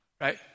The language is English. right